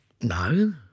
No